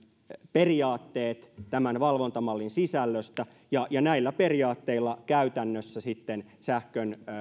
periaatteet tämän valvontamallin sisällöstä ja ja näillä periaatteilla käytännössä sitten sähkön